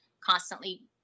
constantly